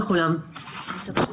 שמועות רמזו לי עד דצמבר.